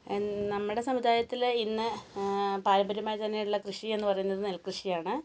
നമ്മുടെ സമുദായത്തില് ഇന്ന് പാരമ്പര്യമായി തന്നെയുള്ള കൃഷി എന്ന് പറയുന്നത് നെൽകൃഷിയാണ്